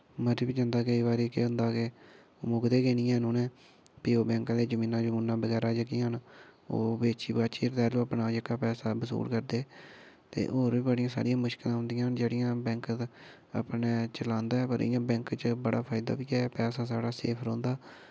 मरी बी जंदा केई बारी केह् होंदा केह् मुकदे गै निं हेन फ्ही ओह् बैंक आह्लें जमीनां बगैरा जेह्ड़ियां न ओह् बेची बाचियै फ्ही अपना जेह्का पैसा बसूल करदे ते और बी बड़े सारे मुश्कलां औंदियां न जेह्ड़ियां बैंक अपने चलांदा ऐ इ'यां बैंक च बड़ा फायदा बी ऐ पैसा साढ़ा सेफ रौह्ंदा